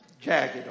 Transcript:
jagged